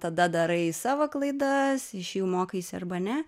tada darai savo klaidas iš jų mokaisi arba ne